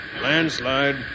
Landslide